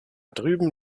drüben